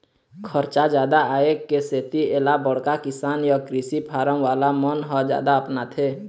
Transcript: खरचा जादा आए के सेती एला बड़का किसान य कृषि फारम वाला मन ह जादा अपनाथे